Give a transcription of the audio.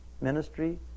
ministry